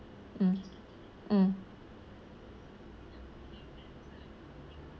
mm mm